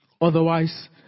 Otherwise